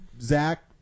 Zach